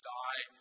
die